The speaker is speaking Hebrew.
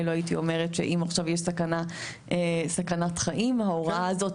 לא הייתי אומרת שאם עכשיו יש סכנת חיים ההוראה הזאת